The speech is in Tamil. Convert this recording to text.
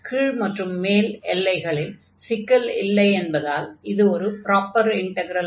கீழ் மற்றும் மேல் எல்லைகளில் சிக்கல் இல்லையென்பதால் அது ஒரு ப்ராப்பர் இன்ட்க்ரல் ஆகும்